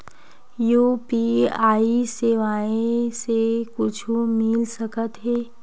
UPI सेवाएं से कुछु मिल सकत हे?